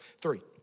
three